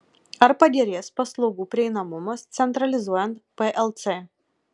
ar pagerės paslaugų prieinamumas centralizuojant plc